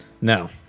No